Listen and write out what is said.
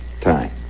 time